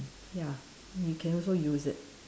ya you can also use it